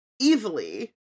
easily